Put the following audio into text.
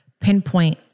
pinpoint